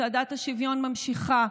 צעדת השוויון נמשכת.